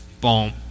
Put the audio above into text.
boom